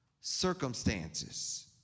circumstances